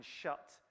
shut